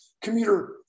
commuter